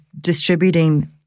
distributing